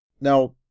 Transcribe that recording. Now